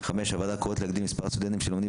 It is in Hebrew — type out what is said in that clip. הוועדה קוראת להגדיל את מספר הסטודנטים שלומדים